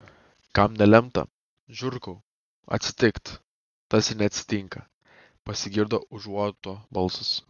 kam nelemta žurkau atsitikt tas ir neatsitinka pasigirdo užuoto balsas